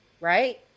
right